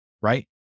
Right